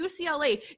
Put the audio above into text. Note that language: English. UCLA